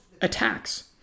attacks